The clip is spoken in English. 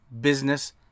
business